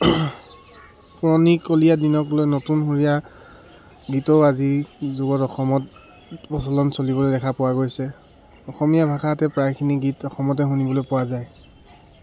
পুৰণিকলীয়া দিনক লৈ নতুনসূৰীয়া গীতো আজিৰ যুগত অসমত প্ৰচলন চলিবলৈ দেখা পোৱা গৈছে অসমীয়া ভাষাতে প্ৰায়খিনি গীত অসমতে শুনিবলৈ পোৱা যায়